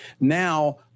Now